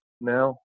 now